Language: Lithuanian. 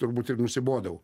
turbūt ir nusibodau